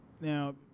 now